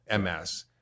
MS